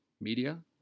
media